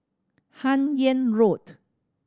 Hun Yeang Road